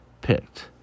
picked